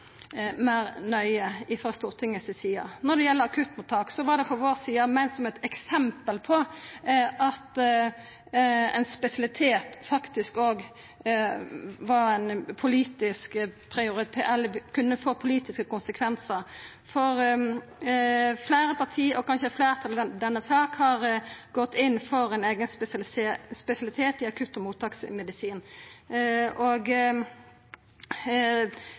Stortinget si side. Når det gjeld akuttmottak, var det frå vår side meint som eit eksempel på at ein spesialitet faktisk òg kunne få politiske konsekvensar, for fleire parti, og kanskje fleirtalet i denne saka, har gått inn for ein eigen spesialitet i akutt- og mottaksmedisin.